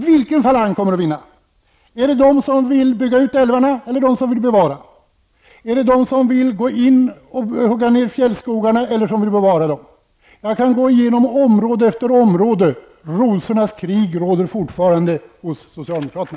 Vilken falang kommer att vinna? Är det de som vill bygga ut älvarna eller de som vill bevara dem? Är det de som vill hugga ned fjällskogarna eller de som vill bevara dem? Jag kan gå igenom område efter område. Rosornas krig råder fortfarande hos socialdemokraterna.